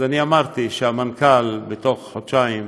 אמרתי שבתוך חודשיים